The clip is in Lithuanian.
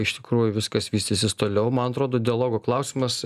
iš tikrųjų viskas vystysis toliau man atrodo dialogo klausimas